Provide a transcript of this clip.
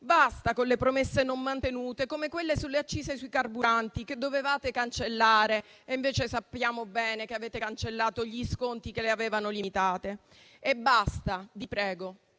Basta con le promesse non mantenute, come quelle sulle accise sui carburanti, che dovevate cancellare, mentre sappiamo bene che avete cancellato gli sconti che le avevano limitate. Basta ancora, vi prego,